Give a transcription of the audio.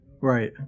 Right